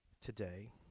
today